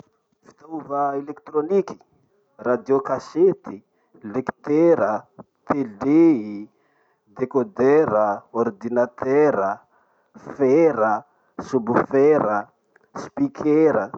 Fitaova elekitroniky: radio kasety, lekitera, tele, dekodera, ordinatera, fera, sobofera, speaker.